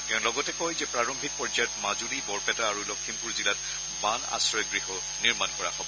তেওঁ লগতে কয় যে প্ৰাৰম্ভিক পৰ্যয়ত মাজুলী বৰপেটা আৰু লখিমপুৰ জিলাত বান আশ্ৰয়গৃহ নিৰ্মাণ কৰা হব